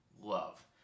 love